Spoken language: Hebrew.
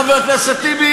חבר הכנסת טיבי,